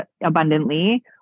abundantly